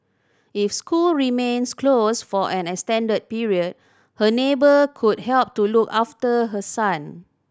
if school remains close for an extended period her neighbour could help to look after her son